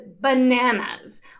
bananas